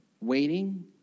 waiting